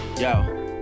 yo